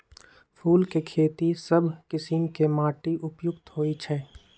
फूल के खेती सभ किशिम के माटी उपयुक्त होइ छइ